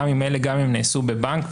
גם אם נעשו בבנק,